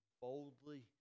boldly